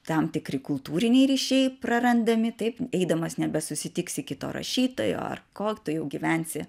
tam tikri kultūriniai ryšiai prarandami taip eidamas nebesusitiksi kito rašytojo ar ko tu jau gyvensi